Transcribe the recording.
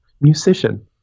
musician